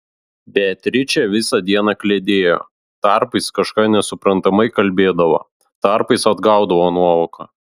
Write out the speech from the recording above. beatričė visą dieną kliedėjo tarpais kažką nesuprantamai kalbėdavo tarpais atgaudavo nuovoką